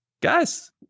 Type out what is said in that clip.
guys